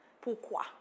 pourquoi